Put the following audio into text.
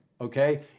okay